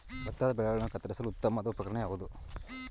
ಭತ್ತದ ಬೆಳೆಗಳನ್ನು ಕತ್ತರಿಸಲು ಉತ್ತಮವಾದ ಉಪಕರಣ ಯಾವುದು?